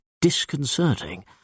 disconcerting